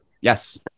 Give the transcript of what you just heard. Yes